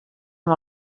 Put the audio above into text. amb